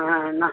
నా